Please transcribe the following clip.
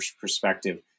perspective